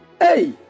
Hey